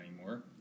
anymore